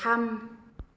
थाम